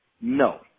no